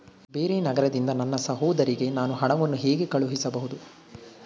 ಬೇರೆ ನಗರದಿಂದ ನನ್ನ ಸಹೋದರಿಗೆ ನಾನು ಹಣವನ್ನು ಹೇಗೆ ಕಳುಹಿಸಬಹುದು?